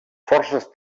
forces